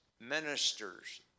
ministers